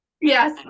yes